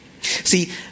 See